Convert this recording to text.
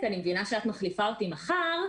אני מבינה שאת מחליפה אותי מחר,